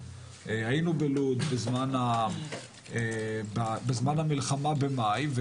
היינו בלוד בזמן המלחמה במאי,